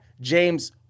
James